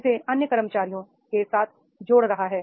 इसे अन्य कर्मचारियों के साथ जोड़ रहा है